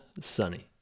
Sunny